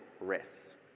risks